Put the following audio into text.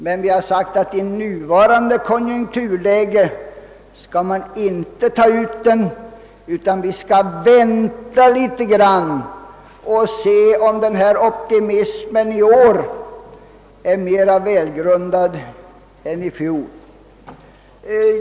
Men vi har menat att man inte skall ta ut den i nuvarande konjunkturläge utan skall vänta något för att se, om optimismen i år är mera välgrundad än den var i fjol.